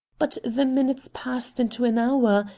but the minutes passed into an hour,